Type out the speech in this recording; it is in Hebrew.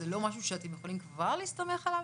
זה לא משהו שאתם יכולים כבר להסתמך עליו?